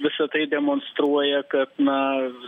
visa tai demonstruoja kad na